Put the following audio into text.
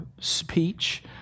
speech